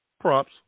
Props